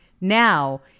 Now